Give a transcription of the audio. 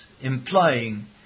implying